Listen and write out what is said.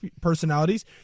personalities